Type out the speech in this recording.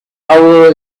hour